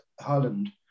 Holland